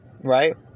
Right